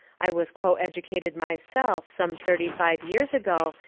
i was coeducated myself some thirty-five years ago,